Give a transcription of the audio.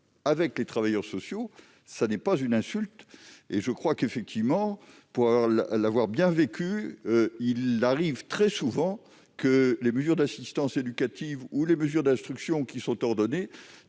avec les travailleurs sociaux, n'est pas une insulte. Pour l'avoir vécu, il arrive très souvent que les mesures d'assistance éducative ou les mesures d'instruction qui sont ordonnées